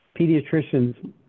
Pediatricians